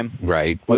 Right